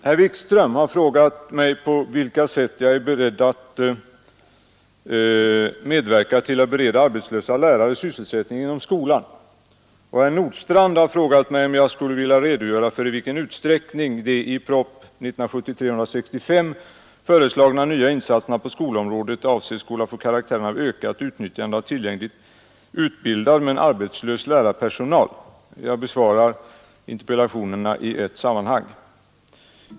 Herr talman! Herr Wikström har frågat mig, på vilka sätt jag är beredd att medverka till att bereda arbetslösa lärare sysselsättning inom skolan. Herr Nordstrandh har frågat mig, om jag skulle vilja redogöra för i vilken utsträckning de i propositonen 165 i år föreslagna nya insatserna på skolområdet avses skola få karaktären av ökat utnyttjande av tillgänglig utbildad men arbetslös lärarpersonal. Jag besvarar interpellationerna i ett sammanhang.